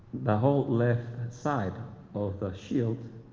the whole left side of the shield